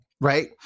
Right